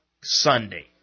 Sunday